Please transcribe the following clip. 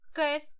good